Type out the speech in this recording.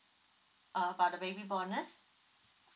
ah about the baby bonus